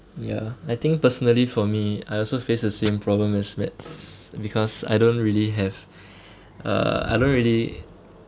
ya I think personally for me I also face the same problem as that because I don't really have uh I don't really